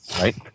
right